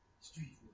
Street